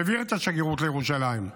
והעביר את השגרירות לירושלים.